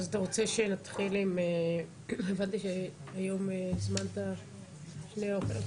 הבנתי שהיום הזמנת שניים.